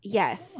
yes